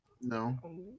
No